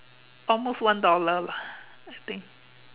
almost one dollar lah I think